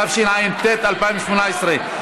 התשע"ט 2018,